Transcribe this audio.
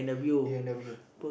he interview